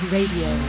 Radio